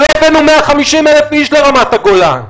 שלא הבאנו 150,000 איש לרמת הגולן?